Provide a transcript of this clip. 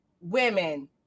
women